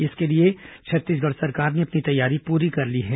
इसके लिए छत्तीसगढ़ सरकार ने अपनी तैयारी पूरी कर ली है